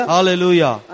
Hallelujah